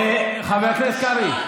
חבר הכנסת קרעי.